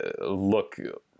look